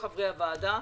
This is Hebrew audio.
כל חברי הוועדה,